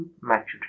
maturity